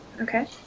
Okay